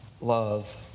love